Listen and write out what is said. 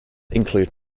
include